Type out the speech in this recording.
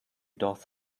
doth